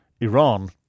Iran